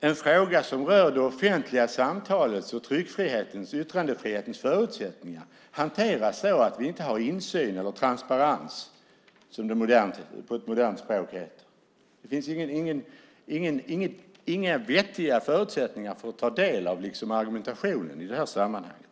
en fråga som rör det offentliga samtalets, tryckfrihetens och yttrandefrihetens förutsättningar hanteras så att vi inte har insyn eller transparens - som det heter på modernt språk. Det finns inga vettiga förutsättningar för att ta del av argumentationen i sammanhanget.